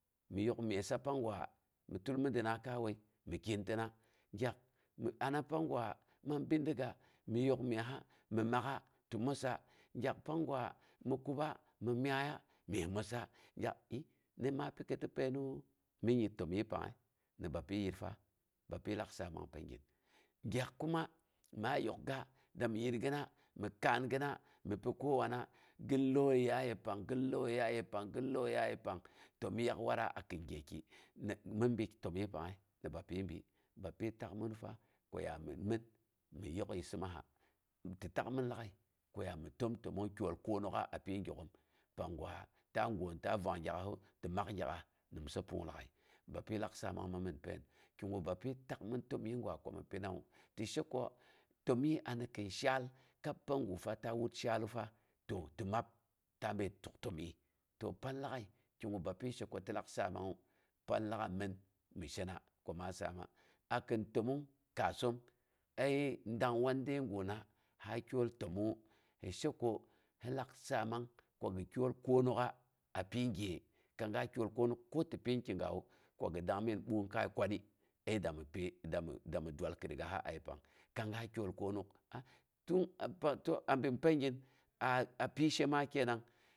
Mi yok myesa pangwa mi tul midina kai wai mi kyentɨna. Gyak mi ana panggwa man bindiga, mi yok myesa, mi makk'a ti məssa, gyak pangnga mi kusa mi myaiya myes məssa, gyak i, nin mo ma pika tɨ painnu, min, yit təmyii pangngəi ni bapyi yitfa, bapji lak saamang pangin. Gyak kuma maa yokga, mi yirgi mi kaanɨna, mipi kowana gin kauyeya yepang gin lauyeya yepang, gin lauyeya yepang. Temyii ya watra a kin gyeki. Ni min bi təmyii pangngəi wi bayayi bi, ti takminu fa ko yami min mi yok yissimasa, ti takin lag'ai ko ya mi təmtemong kyol konok'a a pyi gyak'oo pangga ta goom ta vwang gyak'asu ti mak gyak'as nimsa pung lagai. Bapyi lak saamang mi min pain kigu bapyi takmin təmyii gwa komi pinawu, tishe ko təmyii anikin shaa, kab panggu fa ta wat shaalu fa, ti ti mab ta bəi tuk təmyii, to pan min lag'ai, kigu bapyi she ko ti lak saamangga pan lag'ai, min mi shena ko maa saama, akin təmong kaasaon əi dang wandei guna a kyol təmong he she ko hi lak saamang ko gi kyol konok'a apyi gye. Kang ga. Kyol konok, ko ti pinn kiguwa, ko ke gi dangngim ɓungkai kwani dami dami daal kirigasa a yepang. Kang ga tol knok. aa ti, abin pangin a pishe ma kenang.